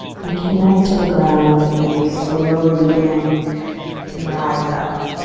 and connect to the ground as you slowly begin to rise up.